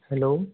hello